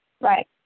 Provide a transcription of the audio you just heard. right